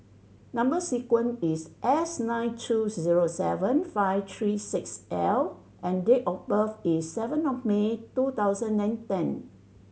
number sequence is S nine two zero seven five three six L and date of birth is seven of May two thousand and ten